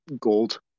gold